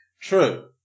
True